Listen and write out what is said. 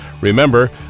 Remember